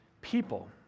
people